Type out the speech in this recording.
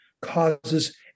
causes